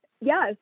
Yes